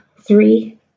three